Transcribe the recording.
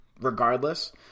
regardless